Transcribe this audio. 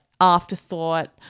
afterthought